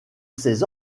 ces